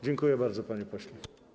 Dziękuję bardzo, panie pośle.